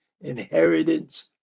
inheritance